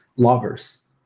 lovers